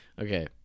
Okay